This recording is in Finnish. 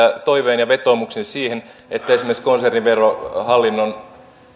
toiveen ja vetoomuksen siitä että esimerkiksi konserniverohallinnon